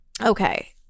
Okay